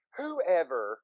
whoever